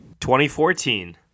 2014